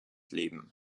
leben